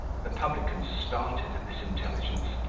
the publican started at this intelligence,